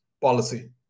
policy